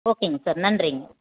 ஓகேங்க சார் நன்றிங்க